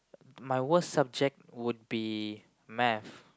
my worst subject would be Math